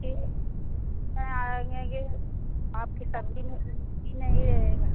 ठीक है आएँगे आपकी सब्ज़ी में नहीं रहेगा